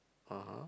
(uh huh)